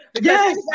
Yes